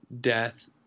death